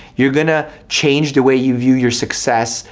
you're gonna change the way you view your success,